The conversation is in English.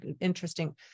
interesting